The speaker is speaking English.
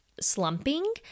slumping